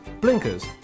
blinkers